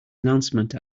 announcement